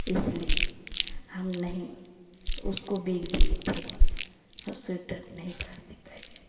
इसलिए हम नहीं उसको बिग दिए थे अब स्वीटर नहीं खरीदी पाएगी